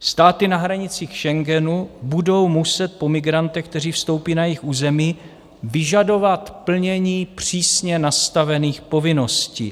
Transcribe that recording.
Státy na hranicích Schengenu budou muset po migrantech, kteří vstoupí na jejich území, vyžadovat plnění přísně nastavených povinností.